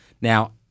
Now